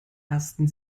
ersten